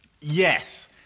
Yes